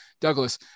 Douglas